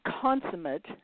consummate